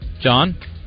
John